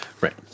Right